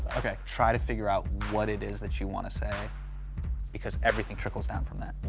okay. try to figure out what it is that you want to say because everything trickles down from that.